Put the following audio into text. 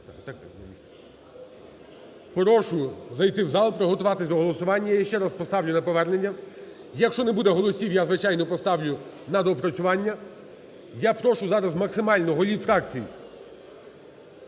Прошу зайти в зал і приготуватись до голосування і я ще раз поставлю на повернення, якщо не буде голосів, я, звичайно, поставлю на доопрацювання. Я прошу зараз максимально голів фракцій,